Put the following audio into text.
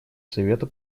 совета